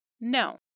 No